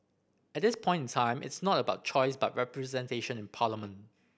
at this point in time it's not about choice but representation in parliament